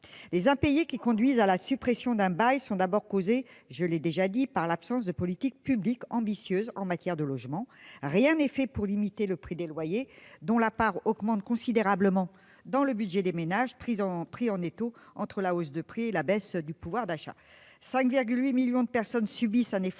les impayés qui conduisent à la suppression d'un bail sont d'abord causer, je l'ai déjà dit par l'absence de politique publique ambitieuse en matière de logement, rien n'est fait pour limiter le prix des loyers dont la part augmente considérablement dans le budget des ménages pris ont pris en étau entre la hausse de prix et la baisse du pouvoir d'achat, 5,8 millions de personnes subissent un effort